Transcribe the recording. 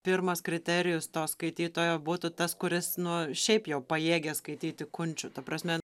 pirmas kriterijus to skaitytojo būtų tas kuris nu šiaip jau pajėgia skaityti kunčių ta prasme